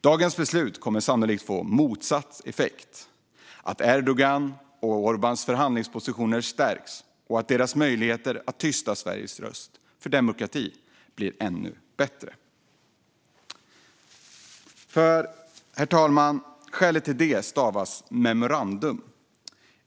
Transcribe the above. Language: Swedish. Dagens beslut kommer sannolikt att få motsatt effekt; Erdogans och Orbáns förhandlingspositioner stärks, och deras möjligheter att tysta Sveriges röst för demokrati blir ännu bättre. Herr talman! Skälet till det stavas memorandum.